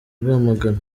rwamagana